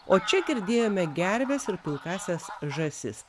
o čia girdėjome gerves ir pilkąsias žąsis